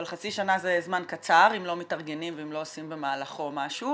אבל חצי שנה זה זמן קצר אם לא מתארגנים ואם לא עושים במהלכו משהו,